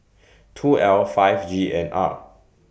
two L five G N R